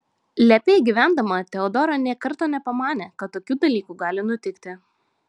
lepiai gyvendama teodora nė karto nepamanė kad tokių dalykų gali nutikti